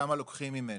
וכמה לוקחים ממנו.